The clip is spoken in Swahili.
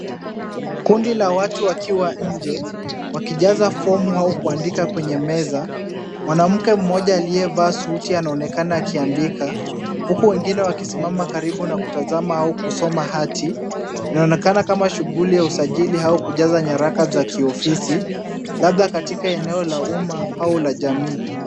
Kundi la watu wakiwa nje wakijaza fomu au kuandika kwenye meza, mwanamke mmoja aliyevaa suti anaonekana akiandika, huku wengine wakisimama karibu na kutazama au kusoma hati, inaonekana kama shughuli ya usajili au kujaza nyaraka za kiofisi, labda katika eneo la umma au la jamii.